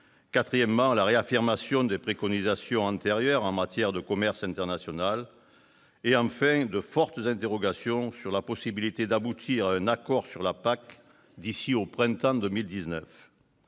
quatrièmement, la réaffirmation des préconisations antérieures en matière de commerce international ; enfin, de fortes interrogations sur la possibilité d'aboutir à un accord sur la PAC d'ici au printemps 2019.